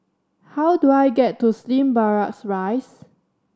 how do I get to Slim Barracks Rise